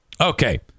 Okay